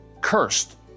cursed